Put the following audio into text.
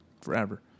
forever